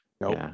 Nope